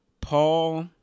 Paul